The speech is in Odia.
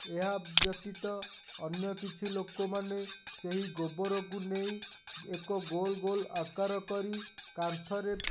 ଏହା ବ୍ୟତୀତ ଅନ୍ୟ କିଛି ଲୋକମାନେ ସେହି ଗୋବରକୁ ନେଇ ଏକ ଗୋଲ୍ଗୋଲ୍ ଆକାର କରି କାନ୍ଥରେ